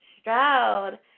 Stroud